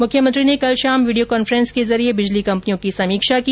मुख्यमंत्री ने कल शाम वीडियो काफ्रेंस के जरिए बिजली कंपनियों की समीक्षा की